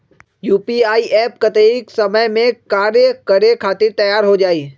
UPI app कतेइक समय मे कार्य करे खातीर तैयार हो जाई?